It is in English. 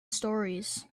storeys